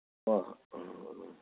ꯍꯣꯏ ꯍꯣꯏ